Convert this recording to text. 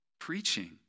Preaching